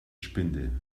spinde